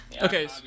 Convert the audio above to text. Okay